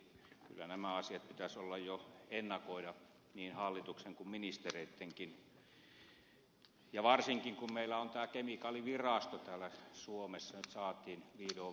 kyllä nämä asiat pitäisi jo ennakoida niin hallituksen kuin ministereittenkin varsinkin kun meillä on tämä kemikaalivirasto täällä suomessa nyt saatiin vihdoin viimein